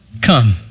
Come